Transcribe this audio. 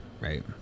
right